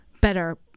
better